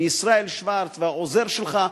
ישראל שוורץ והעוזר האישי שלך,